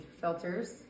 filters